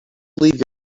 leave